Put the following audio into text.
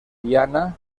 diana